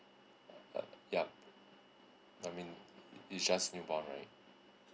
uh ya I mean is just newborn right